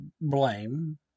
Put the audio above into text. blame